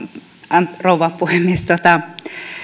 arvoisa rouva puhemies